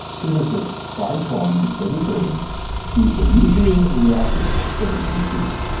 physicists clyde cowan and frederic reines used a nuclear reactor to discover the neutrino.